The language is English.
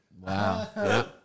Wow